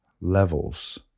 levels